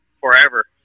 forever